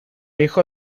hijo